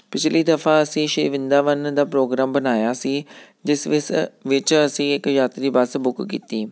ਪਿਛਲੀ ਦਫਾ ਅਸੀਂ ਸ਼੍ਰੀ ਵਰਿੰਦਾਵਨ ਦਾ ਪ੍ਰੋਗਰਾਮ ਬਣਾਇਆ ਸੀ ਜਿਸ ਵਿਸ ਵਿੱਚ ਅਸੀਂ ਇੱਕ ਯਾਤਰੀ ਬੱਸ ਬੁੱਕ ਕੀਤੀ